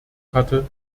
hatte